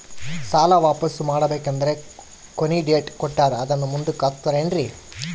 ಸಾಲ ವಾಪಾಸ್ಸು ಮಾಡಬೇಕಂದರೆ ಕೊನಿ ಡೇಟ್ ಕೊಟ್ಟಾರ ಅದನ್ನು ಮುಂದುಕ್ಕ ಹಾಕುತ್ತಾರೇನ್ರಿ?